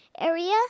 area